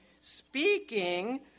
speaking